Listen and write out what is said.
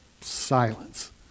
Silence